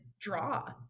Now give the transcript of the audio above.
draw